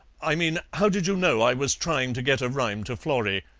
i mean how did you know i was trying to get a rhyme to florrie?